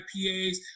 IPAs